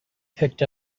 picked